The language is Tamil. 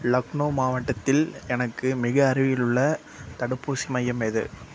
லக்னோ மாவட்டத்தில் எனக்கு மிக அருகிலுள்ள தடுப்பூசி மையம் எது